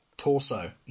Torso